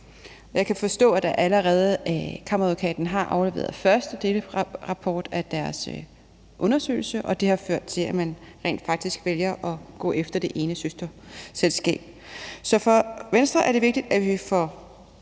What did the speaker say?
Jeg kan forstå, at Kammeradvokaten har afleveret første delrapport af deres undersøgelse, og at det har ført til, at man rent faktisk vælger at gå efter det ene søsterselskab. Så for Venstre er det vigtigt, at vi får